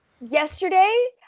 Yesterday